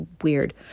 weird